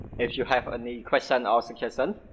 if you have any question or suggestion,